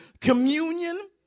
communion